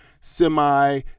Semi